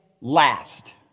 last